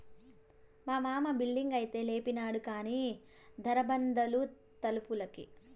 మా మామ బిల్డింగైతే లేపినాడు కానీ దార బందాలు తలుపులకి